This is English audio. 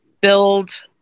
build